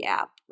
app